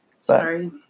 Sorry